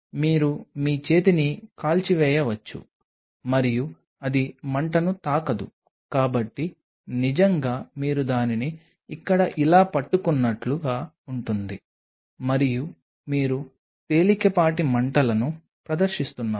మీరు మీ చేతిని కాల్చివేయవచ్చు మరియు అది మంటను తాకదు కాబట్టి నిజంగా మీరు దానిని ఇక్కడ ఇలా పట్టుకున్నట్లుగా ఉంటుంది మరియు మీరు తేలికపాటి మంటలను ప్రదర్శిస్తున్నారు